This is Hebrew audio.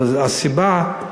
אבל הסיבה,